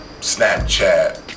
Snapchat